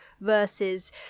versus